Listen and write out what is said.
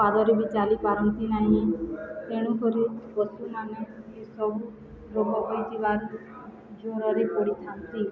ପାଦରେ ବି ଚାଲିପାରନ୍ତି ନାହିଁ ତେଣୁକରି ପଶୁମାନେ ଏସବୁ ରୋଗ ହେଇଯିବାରୁ ଜ୍ୱରରେ ପଡ଼ିଥାନ୍ତି